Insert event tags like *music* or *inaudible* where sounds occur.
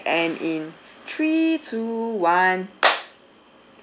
and in three two one *noise*